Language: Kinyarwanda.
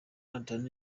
nathan